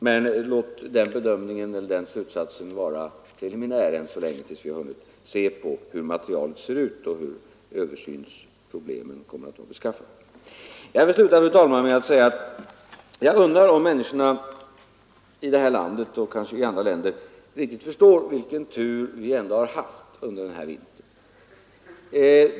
Men låt den slutsatsen vara preliminär, tills vi har hunnit se hur materialet ser ut och hur översynsproblemen är beskaffade. Jag vill, fru talman, sluta med att säga att jag undrar om människorna här i landet och kanske också i andra länder riktigt förstår vilken tur vi ändå har haft under den här vintern.